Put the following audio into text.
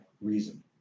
reason